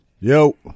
Yo